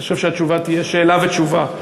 אני חושב שהתשובה תהיה שאלה ותשובה.